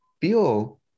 feel